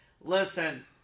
Listen